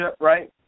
right